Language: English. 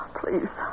please